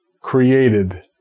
created